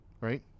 right